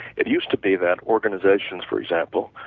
it used to be that organizations for example,